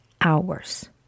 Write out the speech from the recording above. hours